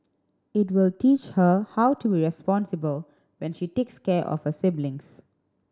it will teach her how to be responsible when she takes care of siblings